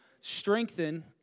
Strengthen